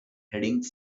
heading